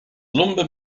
lumber